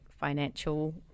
financial